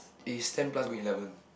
eh you standby go eleven